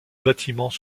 bâtiments